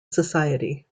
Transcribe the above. society